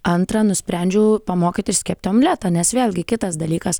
antra nusprendžiau pamokyt išsikepti omletą nes vėlgi kitas dalykas